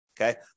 Okay